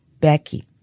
Becky